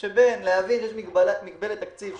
שבין מגבלת התקציב השנתית,